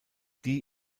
die